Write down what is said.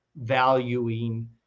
valuing